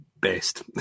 best